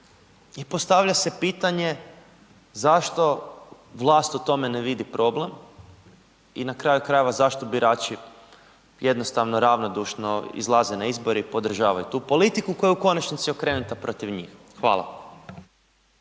i postavlja se pitanje zašto vlast u tome ne vidi problem i na kraju krajeva zašto birači jednostavno ravnodušno izlaze na izbore i podržavaju tu politiku koja je u konačnici okrenuta protiv njih. Hvala.